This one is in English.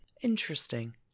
Interesting